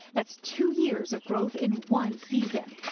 that's two years of growth in one season.